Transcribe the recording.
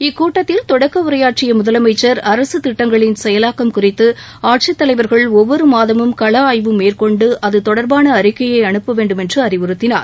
இக்கூட்டத்தில் தொடக்க உரையாற்றிய முதலமைச்சர் அரசு திட்டங்களின் செயலாக்கம் குறித்து ஆட்சித் தலைவர்கள் ஒவ்வொரு மாதமும் கள ஆய்வு மேற்கொண்டு அது தொடர்பான அறிக்கையை அனுப்ப வேண்டுமென்று அறிவுறுத்தினார்